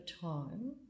time